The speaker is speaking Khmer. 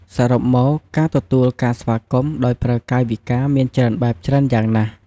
សរុបមកការទទួលការស្វាគមន៍ដោយប្រើកាយវិការមានច្រើនបែប ច្រើនយ៉ាងណាស់។